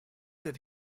did